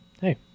hey